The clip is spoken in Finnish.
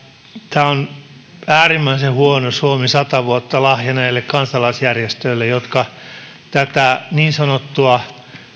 tämä on äärimmäisen huono suomi sata vuotta lahja näille kansalaisjärjestöille jotka tätä niin sanottua